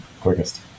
quickest